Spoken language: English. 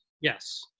Yes